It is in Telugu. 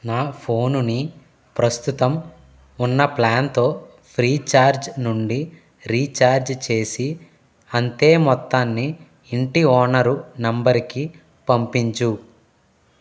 నా ఫోనుని ప్రస్తుతం ఉన్న ప్లాన్తో ఫ్రీచార్జ్ నుండి రీచార్జ్ చేసి అంతే మొత్తాన్ని ఇంటి ఓనరు నంబరుకి పంపించు